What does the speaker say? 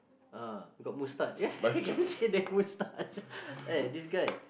ah got mustache I can see the mustache eh this guy